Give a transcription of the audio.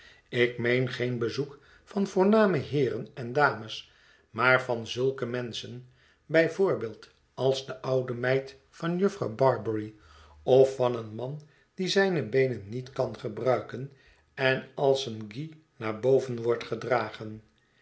ik meen geen bezoek van voorname heeren en dames maar van zulke menschen bij voorbeeld als de oude meid van jufvrouw bar bary of van een man die zijne beenen niet kan gebruiken en als een guy naar boven wordt gedragen